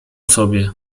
sobie